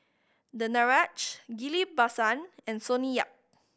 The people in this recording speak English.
Danaraj Ghillie Basan and Sonny Yap